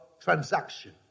transaction